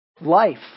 life